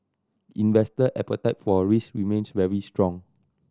investor appetite for risk remains very strong